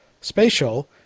Spatial